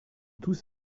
tous